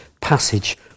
passage